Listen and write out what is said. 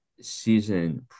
season